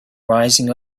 rising